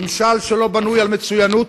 ממשל שלא בנוי על מצוינות,